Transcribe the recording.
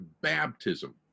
baptism